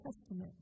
Testament